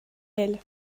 elle